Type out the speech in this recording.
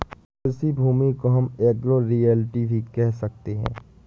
कृषि भूमि को हम एग्रो रियल्टी भी कह सकते है